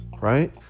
right